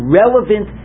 relevant